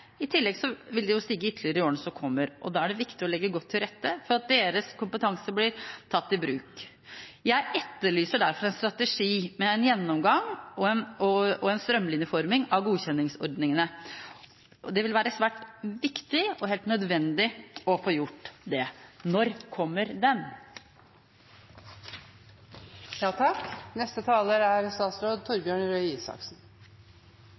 I tillegg vil det stige ytterligere i årene som kommer. Da er det viktig å legge godt til rette for at deres kompetanse blir tatt i bruk. Jeg etterlyser derfor en strategi med en gjennomgang og en strømlinjeforming av godkjenningsordningene. Det vil være svært viktig og helt nødvendig å få gjort det. Når kommer den? Jeg vil begynne med å si tusen takk til representantene Grung og Aasen for det som er